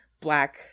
black